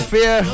Fear